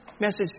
message